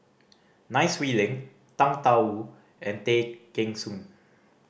Nai Swee Leng Tang Da Wu and Tay Kheng Soon